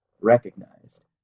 recognized